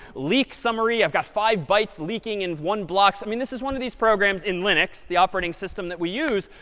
leak summary, i've got five bytes leaking in one blocks. i mean, this is one of these programs in linux the operating system that we use,